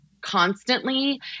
constantly